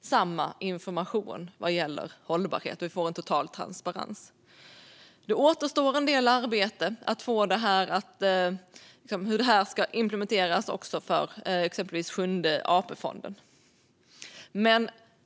samma information vad gäller hållbarhet och så att vi får en total transparens. Nu återstår en del arbete när det gäller hur detta ska implementeras, exempelvis för Sjunde AP-fonden.